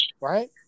Right